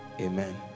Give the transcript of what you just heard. Amen